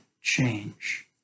change